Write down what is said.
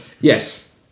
Yes